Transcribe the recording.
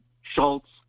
Schultz